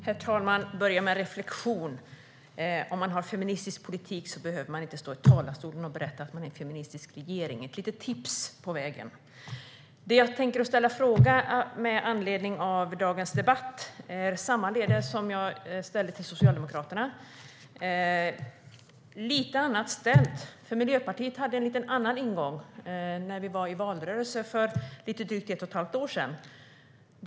Herr talman! Låt mig börja med en reflektion. Om man har en feministisk politik behöver man inte stå i talarstolen och berätta att man är en feministisk regering. Det är ett litet tips på vägen, Annika Hirvonen Falk. Den fråga jag tänker ställa till Annika Hirvonen Falk är lite annorlunda än den jag ställde till Socialdemokraterna, för Miljöpartiet hade en lite annan ingång i valrörelsen för drygt ett och ett halvt år sedan.